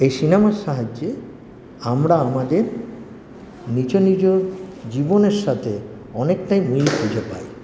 এই সিনেমার সাহায্যে আমরা আমাদের নিজ নিজ জীবনের সাথে অনেকটাই মিল খুঁজে পাই